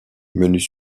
menus